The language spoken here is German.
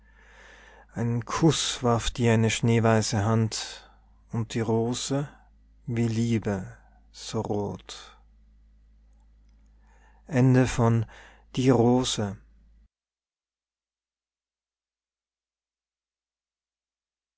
einen kuß warf dir eine schneeweiße hand und die rose wie liebe so rot